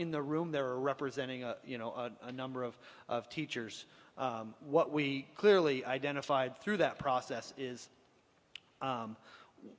in the room there representing a you know a number of teachers what we clearly identified through that process is